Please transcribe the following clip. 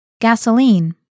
gasoline